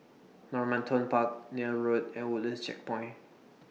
Normanton Park Neil Road and Woodlands Checkpoint